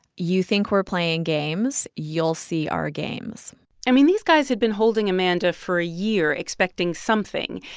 you think we're playing games? you'll see our games i mean, these guys had been holding amanda for a year, expecting something.